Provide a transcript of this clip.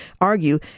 argue